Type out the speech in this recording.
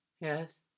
Yes